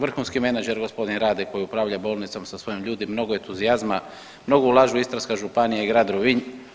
Vrhunski menadžer gospodin Rade koji upravlja bolnicom sa svojim ljudi, mnogo entuzijazma, mnogu ulažu Istarska županija i grad Rovinj.